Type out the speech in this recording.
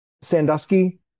Sandusky